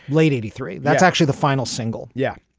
late eighty three. that's actually the final single. yeah,